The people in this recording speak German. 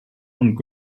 und